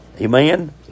Amen